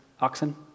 oxen